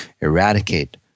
eradicate